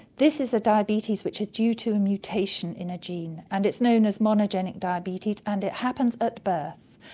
this is a diabetes which is due to a mutation in a gene and it's known as monogenic diabetes, and it happens at birth.